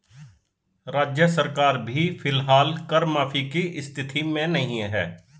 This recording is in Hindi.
राज्य सरकार भी फिलहाल कर माफी की स्थिति में नहीं है